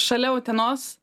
šalia utenos